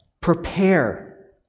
prepare